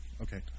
Okay